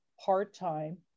part-time